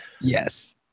Yes